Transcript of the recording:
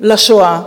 לשואה,